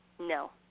no